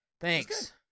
Thanks